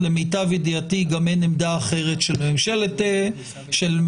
למיטב ידיעתי גם אין עמדה אחרת של ממשלת ישראל.